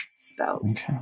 spells